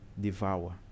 devour